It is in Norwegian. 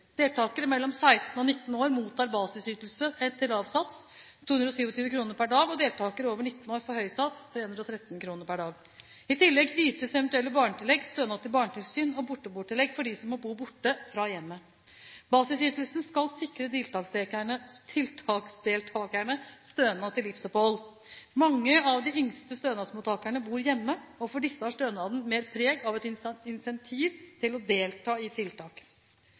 Deltakere mellom 16 og 19 år mottar basisytelse etter lav sats, 227 kr per dag, og deltakere over 19 år får høy sats, 313 kr per dag. I tillegg ytes eventuelt barnetillegg, stønad til barnetilsyn og borteboertillegg for dem som må bo borte fra hjemmet. Basisytelsen skal sikre tiltaksdeltakerne stønad til livsopphold. Mange av de yngste stønadsmottakerne bor hjemme, og for disse har stønaden mer preg av et incentiv til å delta i tiltak.